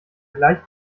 gleich